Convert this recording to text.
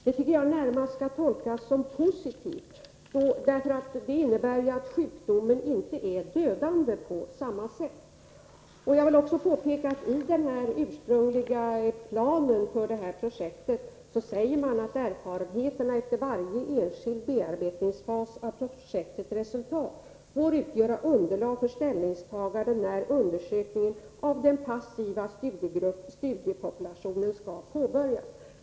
Det tycker jag närmast skall tolkas som positivt — det innebär ju att sjukdomen inte är dödande på samma sätt. Jag vill också påpeka att det i den ursprungliga planen för projektet sägs att erfarenheterna efter varje enskild bearbetningsfas av projektets resultat får utgöra underlag för ställningstagande när undersökningen av den passiva studiepopulationen skall påbörjas.